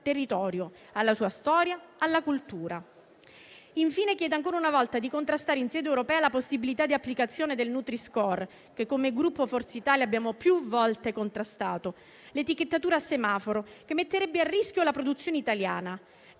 territorio, alla sua storia e alla cultura. Infine, chiedo ancora una volta di contrastare in sede europea la possibilità di applicazione del nutri-score, che come Gruppo Forza Italia abbiamo più volte contrastato: l'etichettatura a semaforo metterebbe a rischio la produzione italiana,